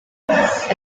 ati